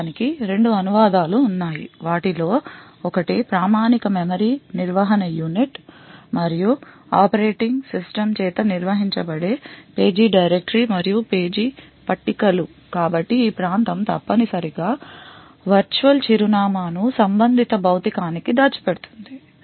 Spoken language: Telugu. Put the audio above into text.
వాస్తవానికి రెండు అనువాదాలు ఉన్నాయి వాటిలో ఒకటి ప్రామాణిక మెమరీ నిర్వహణ యూనిట్ మరియు ఆపరేటింగ్ సిస్టమ్ చేత నిర్వహించబడే పేజీ డైరెక్టరీ మరియు పేజీ పట్టికలు కాబట్టి ఈ ప్రాంతం తప్పనిసరిగా వర్చువల్ చిరునామా ను సంబంధిత భౌతికానికి దాచిపెడుతుంది